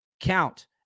count